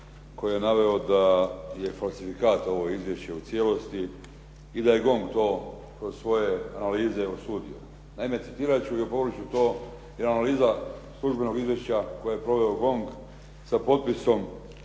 koji je naveo da je falsifikat ovo izvješće u cijelosti i da je GONG to kroz svoje analize osudio. Naime, citirat ću i opovrgnut ću to jer analiza službenog izvješća koje je proveo GONG sa potpisom